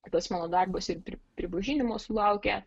tas mano darbas ir pripažinimo sulaukė